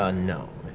ah no.